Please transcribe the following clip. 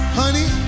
honey